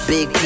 Big